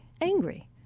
angry